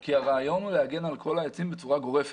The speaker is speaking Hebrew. כי הרעיון הוא להגן על כל העצים בצורה גורפת.